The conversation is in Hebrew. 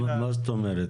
מה זאת אומרת,